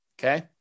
Okay